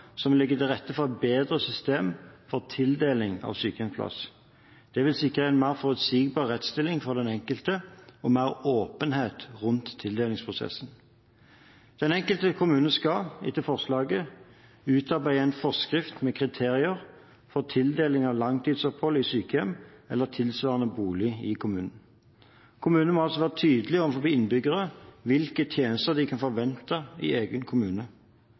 som legger til rette for et bedre system for tildeling av sykehjemsplass. Det vil sikre en mer forutsigbar rettsstilling for den enkelte og mer åpenhet rundt tildelingsprosessen. Den enkelte kommunen skal etter forslaget utarbeide en forskrift med kriterier for tildeling av langtidsopphold i sykehjem eller tilsvarende bolig i kommunen. Kommunen må altså være tydelig overfor innbyggerne med hensyn til hvilke tjenester de kan forvente i egen kommune.